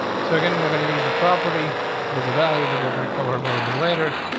so again, and we're gonna use the property with the value that we're gonna cover a little bit later,